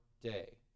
day